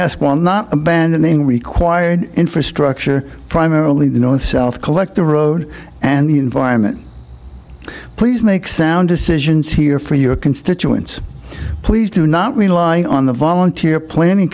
ask why not abandoning required infrastructure primarily the north south collect the road and the environment please make sound decisions here for your constituents please do not rely on the volunteer planning